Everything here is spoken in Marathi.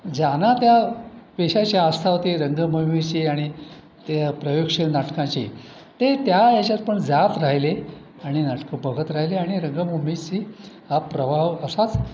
ज्यांना त्या पेशाची आस्था होती रंगभूमीची आणि त्या प्रयोगशील नाटकांची ते त्या याच्यात पण जात राहिले आणि नाटकं बघत राहिले आणि रंगभूमीशी हा प्रभाव असाच